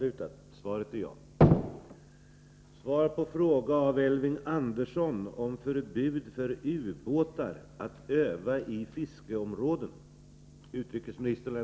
ubåtar att övai fiskeområden